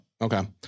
Okay